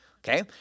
Okay